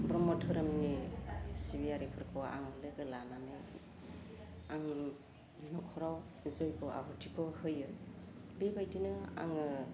ब्रह्म धोरोमनि सिबियारिफोरखौ आं लोगो लानानै आं न'खराव जय्ग आहुथिखौ होयो बे बायदिनो आङो